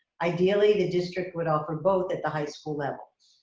ideally, the district would offer both at the high school levels.